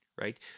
right